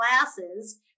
classes